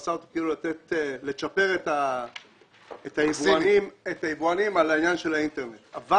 הוא עשה אותו כאילו לצ'פר את היבואנים בגין העניין של האינטרנט אבל